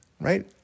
right